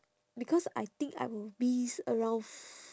because I think I will miss around f~